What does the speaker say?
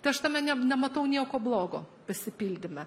tai aš tame ne nematau nieko blogo pasipildyme